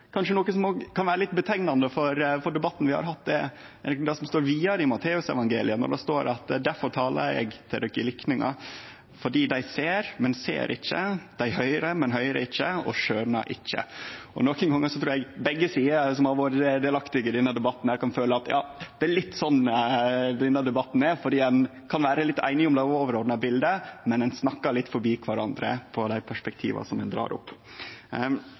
noko som kanskje kan vere litt illustrerande for den debatten vi har hatt, er det som står vidare i Matteusevangeliet, der det står: «Difor talar eg til dei i likningar, fordi dei ser, men ser ikkje; dei høyrer, men høyrer ikkje og skjønar ikkje.» Nokre gonger trur eg begge sider som har vore delaktige i denne debatten, kan føle at det er litt slik denne debatten er, for ein kan vere litt einige om det overordna bildet, men ein snakkar litt forbi kvarandre i dei perspektiva ein dreg opp.